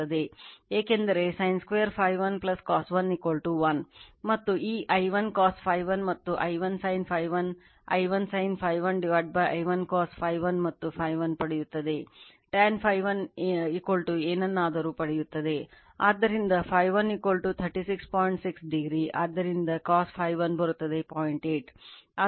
ಏಕೆಂದರೆ sin 2 Φ1 cos Φ1 1